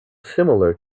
similar